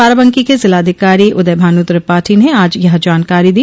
बाराबंकी के जिलाधिकारी उदय भानु त्रिपाठी ने आज यह जानकारी दी